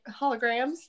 Holograms